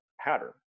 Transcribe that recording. pattern